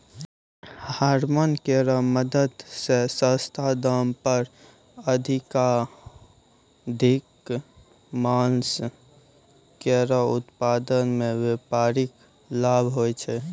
hormone केरो मदद सें सस्ता दाम पर अधिकाधिक मांस केरो उत्पादन सें व्यापारिक लाभ होय छै